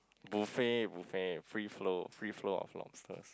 buffet buffet free flow free flow of lobsters